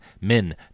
Men